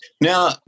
Now